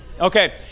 Okay